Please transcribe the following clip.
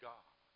God